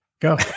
Go